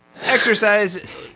Exercise